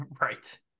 right